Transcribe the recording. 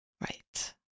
Right